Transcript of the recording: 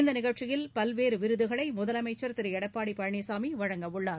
இந்த நிகழ்ச்சியில் பல்வேறு விருதுகளை முதலமைச்சா் திரு எடப்பாடி பழனிசாமி வழங்க உள்ளார்